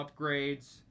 upgrades